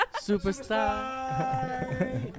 superstar